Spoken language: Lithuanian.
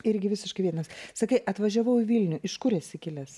irgi visiškai vienas sakei atvažiavau į vilnių iš kur esi kilęs